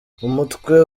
umutwe